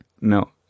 No